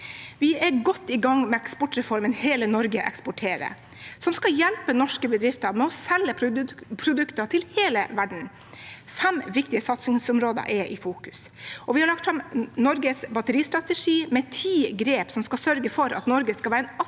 Vi er godt i gang med eksportreformen «Hele Norge eksporterer», som skal hjelpe norske bedrifter med å selge produkter til hele verden. Fem viktige satsingsområder er i fokus. Videre har vi lagt fram Norges batteristrategi med ti grep som skal sørge for at Norge skal være et